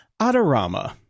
Adorama